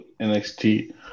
NXT